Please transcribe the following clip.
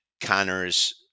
Connor's